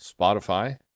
Spotify